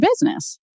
business